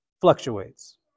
fluctuates